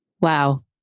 Wow